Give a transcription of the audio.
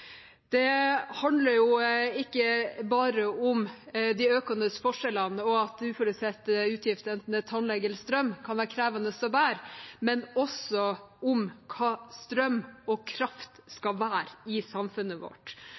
Det handler ikke bare om de økende forskjellene og at uforutsette utgifter, enten det er til tannlege eller strøm, kan være krevende å bære, men også om hva strøm og kraft skal være i samfunnet vårt.